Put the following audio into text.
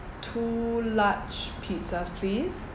two large pizzas please